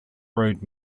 road